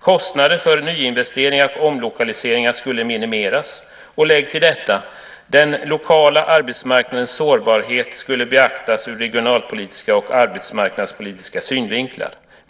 Kostnader för nyinvesteringar och omlokaliseringar skulle minimeras. Lägg till detta: Den lokala arbetsmarknadens sårbarhet skulle beaktas ur regionalpolitiska och arbetsmarknadspolitiska synvinklar.